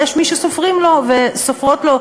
ויש מי שסופרים לו וסופרות לו,